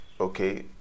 okay